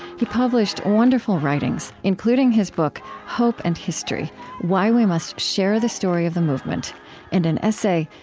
he published wonderful writings, including his book hope and history why we must share the story of the movement and an essay,